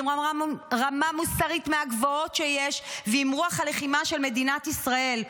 עם רמה מוסרית מהגבוהות שיש ועם רוח הלחימה של מדינת ישראל.